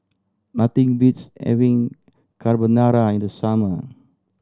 nothing beats having Carbonara in the summer